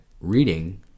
reading